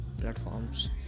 platforms